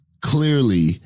clearly